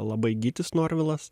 labai gytis norvilas